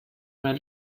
man